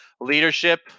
leadership